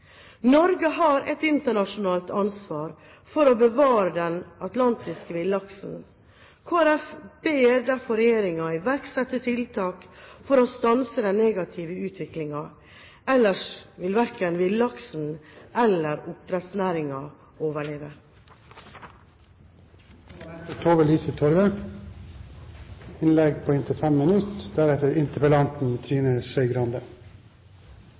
Norge har et internasjonalt ansvar for å bevare den atlantiske villaksen. Kristelig Folkeparti ber derfor regjeringen iverksette tiltak for å stanse den negative utviklingen, ellers vil verken villaksen eller